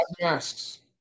masks